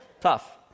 tough